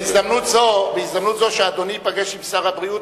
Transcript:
בהזדמנות זו שאדוני ייפגש עם שר הבריאות,